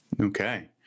Okay